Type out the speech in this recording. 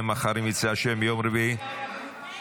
אין מתנגדים, אין נמנעים.